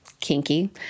Kinky